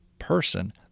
person